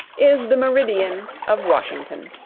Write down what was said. is the meridian of washington.